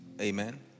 Amen